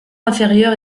inférieur